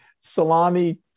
salami